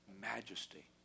majesty